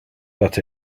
that